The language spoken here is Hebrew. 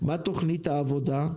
מה תכנית העבודה,